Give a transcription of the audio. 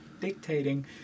dictating